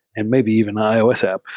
and maybe even an ios app.